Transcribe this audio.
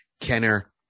kenner